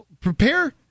Prepare